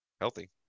healthy